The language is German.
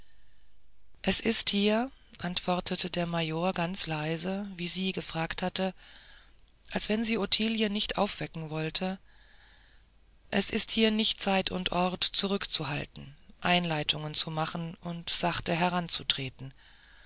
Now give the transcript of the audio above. es ist hier antwortete der major ganz leise wie sie gefragt hatte als wenn sie ottilien nicht aufwecken wollten es ist hier nicht zeit und ort zurückzuhalten einleitungen zu machen und sachte heranzutreten